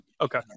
Okay